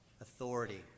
authority